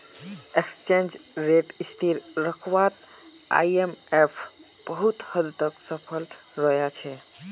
exchange rate स्थिर रखवात IMF बहुत हद तक सफल रोया छे